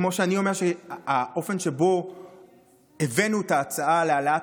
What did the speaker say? כמו שאני אומר שהאופן שבו הבאנו את ההצעה להעלאת